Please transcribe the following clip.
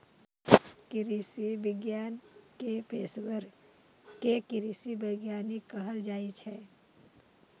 कृषि विज्ञान के पेशवर कें कृषि वैज्ञानिक कहल जाइ छै